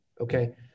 okay